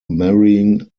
marrying